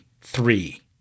three